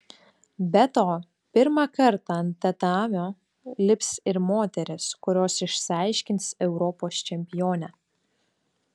be to pirmą kartą ant tatamio lips ir moterys kurios išsiaiškins europos čempionę